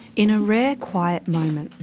in a rare quiet moment.